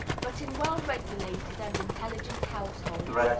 but in well-regulated and intelligent households,